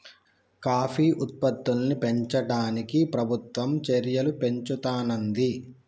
coffee ఉత్పత్తుల్ని పెంచడానికి ప్రభుత్వం చెర్యలు పెంచుతానంది